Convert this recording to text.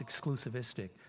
exclusivistic